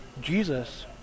Jesus